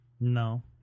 No